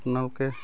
আপোনালোকে